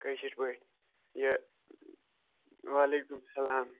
کٲشِر پٲٹھۍ یہِ وعلیکُم سَلام